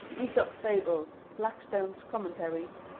aesop's fables, blackstone's commentaries,